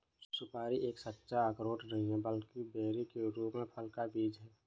सुपारी एक सच्चा अखरोट नहीं है, बल्कि बेरी के रूप में फल का बीज है